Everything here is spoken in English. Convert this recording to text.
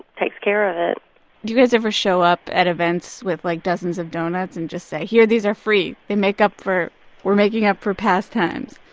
takes care of it do you guys ever show up at events with, like, dozens of donuts and just say, here, these are free, and make up for we're making up for past times?